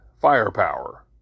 firepower